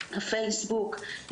הפייסבוק,